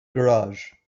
garage